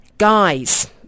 Guys